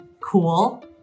cool